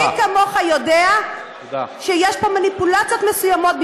מי כמוך יודע שיש פה מניפולציות מסוימות,